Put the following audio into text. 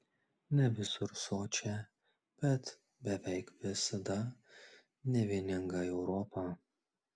ne visur sočią bet beveik visada nevieningą europą